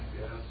Yes